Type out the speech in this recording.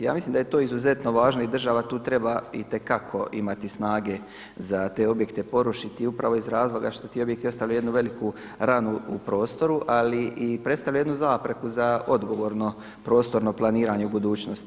Ja mislim da je to izuzetno važno i država tu treba itekako imati snage za te objekte porušiti upravo iz razloga što ti objekti ostavljaju jednu veliku ranu u prostoru, ali predstavlja i jednu zapreku za odgovorno prostorno planiranje u budućnosti.